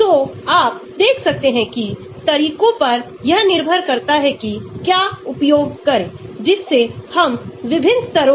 अगर आप SF5 को देखें तो 5 फ्लोरीन वाले सल्फर में उच्च pi के साथ साथ यथोचित बहुत उच्च सिग्मा मिला है